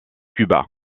cuba